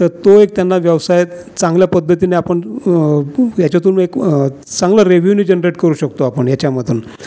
तर तो एक त्यांना व्यवसाय चांगल्या पद्धतीने आपण ह्याच्यातून एक चांगला रेव्हेन्यू जनरेट करू शकतो आपण ह्याच्यामधून